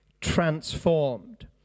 transformed